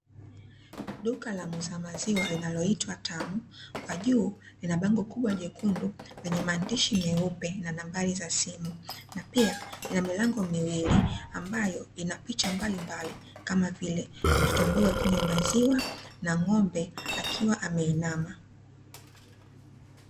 Duka la muuza maziwa linaloitwa ''tamu'', kwa juu lina bango kubwa jekundu lenye maandishi meupe na nambari za simu, na pia lina milango miwili ambayo ina picha mbalimbali kama vile mtoto mdogo akinywa maziwa na ng'ombe akiwa ameinama.